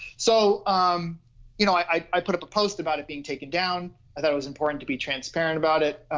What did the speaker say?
so you know, i i put up a post about it being taken down. i thought it was important to be transparent about it.